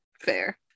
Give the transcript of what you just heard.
fair